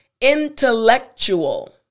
intellectual